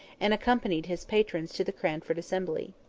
and accompanied his patrons to the cranford assembly.